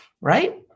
right